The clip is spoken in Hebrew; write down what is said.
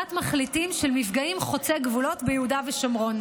הצעת מחליטים של מפגעים חוצי גבולות ביהודה ושומרון,